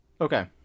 Okay